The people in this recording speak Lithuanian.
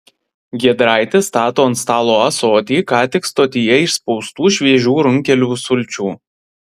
giedraitis stato ant stalo ąsotį ką tik stotyje išspaustų šviežių runkelių sulčių